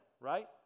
right